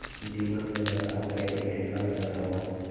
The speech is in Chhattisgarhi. दीमक ले बचाव करे के तरीका ला बतावव?